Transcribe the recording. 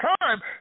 time